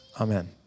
Amen